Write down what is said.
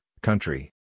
Country